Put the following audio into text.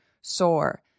sore